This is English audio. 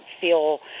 feel